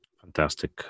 Fantastic